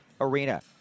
Arena